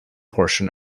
portion